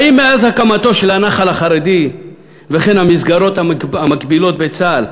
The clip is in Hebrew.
האם מאז הקמת הנח"ל החרדי והמסגרות המקבילות בצה"ל,